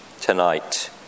tonight